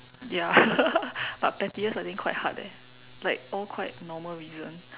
ya but pettiest I think quite hard leh like all quite normal reason